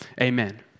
Amen